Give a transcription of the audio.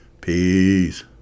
Peace